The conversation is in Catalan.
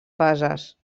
fases